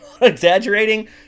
exaggerating